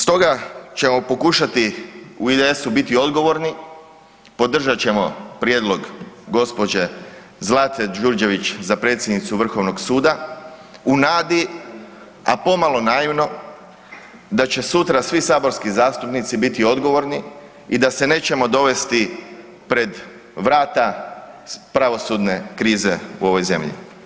Stoga ćemo pokušati u IDS-u biti odgovorni, podržat ćemo prijedlog gđe. Zlate Đurđević za predsjednicu Vrhovnog suda u nadi a pomalo naivno, da će sutra svi saborski zastupnici biti odgovorni i da se nećemo dovesti pred vrata pravosudne krize u ovoj zemlji.